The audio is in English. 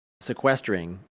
sequestering